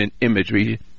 imagery